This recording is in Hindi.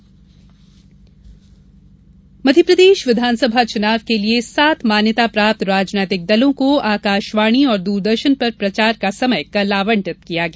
राजनीति दल समय मध्यप्रदेश विधानसभा चुनाव के लिए सात मान्यता प्राप्त राजनीतिक दलों को आकाशवाणी और दूरदर्शन पर प्रचार का समय कल आवंटित किया गया